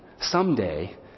someday